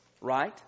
right